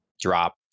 drop